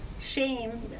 shame